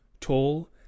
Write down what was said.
tall